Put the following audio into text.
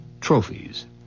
trophies